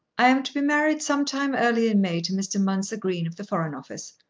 i am to be married some time early in may to mr. mounser green of the foreign office.